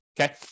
Okay